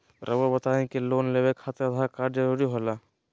रौआ बताई की लोन लेवे खातिर आधार कार्ड जरूरी होला?